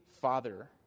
Father